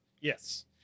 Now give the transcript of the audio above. Yes